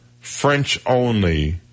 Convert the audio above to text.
French-only